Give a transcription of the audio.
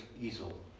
easel